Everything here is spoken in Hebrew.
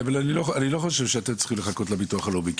לא חושב שאתם צריכים לחכות לביטוח הלאומי.